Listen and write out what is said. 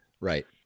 right